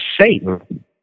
Satan